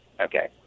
okay